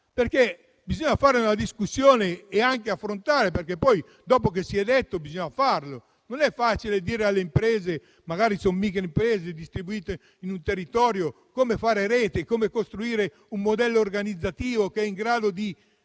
perché bisogna fare una discussione e anche affrontarla, perché dopo che si è discusso bisogna agire: non è facile dire alle imprese (che magari sono microimprese distribuite sul territorio) come fare rete e come costruire un modello organizzativo in grado di